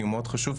כי הוא מאוד חשוב,